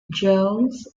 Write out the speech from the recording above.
jones